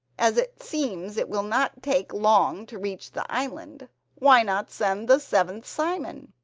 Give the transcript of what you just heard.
as it seems it will not take long to reach the island why not send the seventh simon?